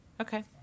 Okay